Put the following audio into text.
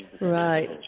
Right